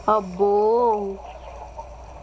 అబ్బో